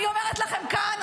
אני אומרת לכם כאן,